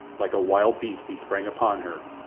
like a wild beast he sprang upon her,